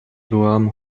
byłam